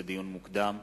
לדיון מוקדם,